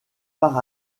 par